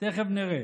תכף נראה.